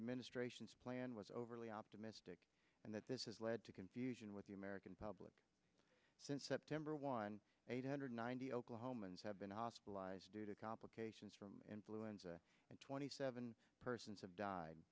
administration's plan was overly optimistic and that this has led to confusion with the american public since september one eight hundred ninety oklahomans have been hospitalized due to complications from influenza and twenty seven persons have died